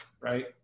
right